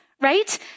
right